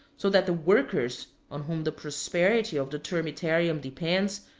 so that the workers, on whom the prosperity of the termitarum depends,